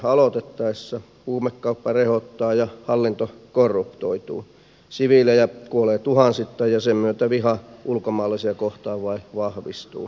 huumekauppa rehottaa ja hallinto korruptoituu siviilejä kuolee tuhansittain ja sen myötä viha ulkomaalaisia kohtaan vain vahvistuu